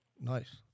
Nice